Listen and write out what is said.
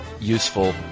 useful